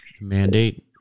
Mandate